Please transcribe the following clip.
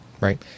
right